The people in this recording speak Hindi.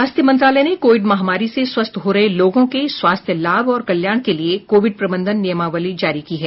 स्वास्थ्य मंत्रालय ने कोविड महामारी से स्वस्थ हो रहे लोगों के स्वास्थ्य लाभ और कल्याण के लिए कोविड प्रबंधन नियमावली जारी की है